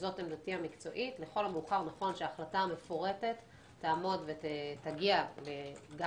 וזאת עמדתי המקצועית נכון שההחלטה המפורטת תגיע גם